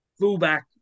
fullback